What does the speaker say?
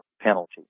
penalty